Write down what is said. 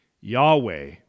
Yahweh